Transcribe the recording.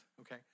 okay